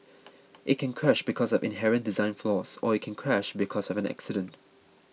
it can crash because of inherent design flaws or it can crash because of an accident